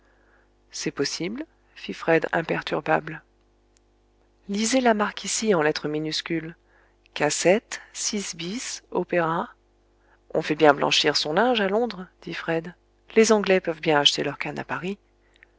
c'est possible fit fred imperturbable lisez la marque ici en lettres minuscules assette bis opéra on fait bien blanchir son linge à londres dit fred les anglais peuvent bien acheter leurs cannes à paris